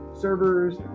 servers